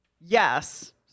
Yes